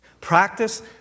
practice